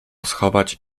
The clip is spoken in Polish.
schować